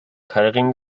keilriemen